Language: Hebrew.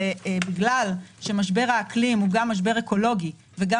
בגלל שמשבר האקלים הוא גם משבר אקולוגי וגם